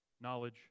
knowledge